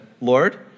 Lord